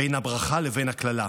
בין הברכה לבין הקללה.